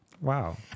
Wow